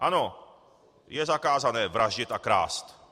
Ano, je zakázané vraždit a krást.